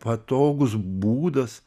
patogus būdas